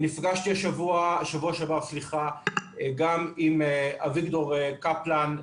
נפגשתי בשבוע שעבר גם עם אביגדור קפלן,